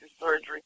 surgery